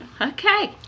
Okay